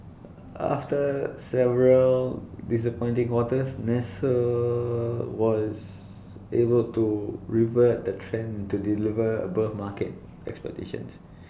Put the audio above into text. after several disappointing quarters nestle was able to revert the trend to deliver above market expectations